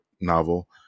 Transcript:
novel